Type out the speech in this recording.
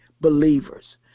believers